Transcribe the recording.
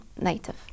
native